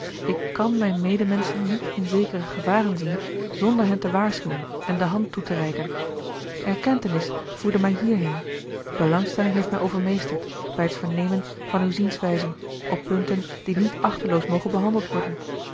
ik kàn mijne medemenschen niet in zekere gevaren zien zonder hen te waarschuwen en de hand toe te reiken erkentenis voerde mij hierheen belangstelling heeft mij overmeesterd bij het vernemen van uwe zienswijze op punten die niet achteloos mogen behandeld worden